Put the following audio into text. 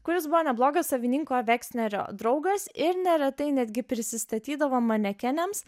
kuris buvo neblogas savininko veksnerio draugas ir neretai netgi prisistatydavo manekenėms